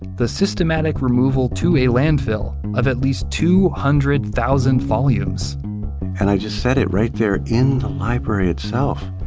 the systematic removal to a landfill of at least two hundred thousand volumes and i just said it right there in the library itself,